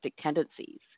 tendencies